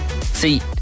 See